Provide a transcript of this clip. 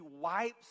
wipes